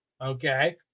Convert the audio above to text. okay